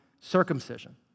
circumcision